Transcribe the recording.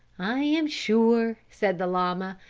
i am sure, said the llama,